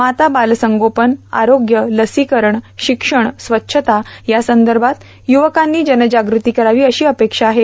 माता बाल संगोपन आरोग्य लसीकरणशिक्षण स्वच्छता यासंदर्भात युवकांनी जनजागृती करावी अशी अपेक्षा आहे